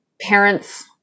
parents